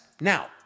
Now